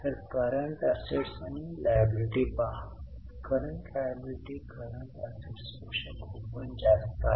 तर current assets आणि liability पहा करंट लायबिलिटी करंट असेट्स पेक्षा खूपच जास्त आहेत